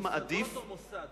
יש מוסדות או מוסד?